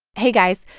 hey, guys.